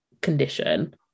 condition